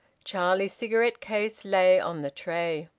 charlie's cigarette-case lay on the tray.